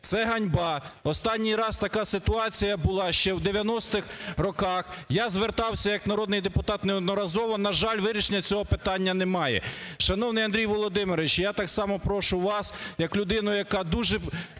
Це ганьба! Останній раз така ситуація була ще у 90-х роках. Я звертався як народний депутат неодноразово, на жаль, вирішення цього питання немає. Шановний Андрій Володимирович, я так само, прошу вас, як людину, яка дуже